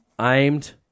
aimed